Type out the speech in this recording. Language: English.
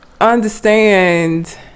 understand